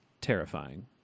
Terrifying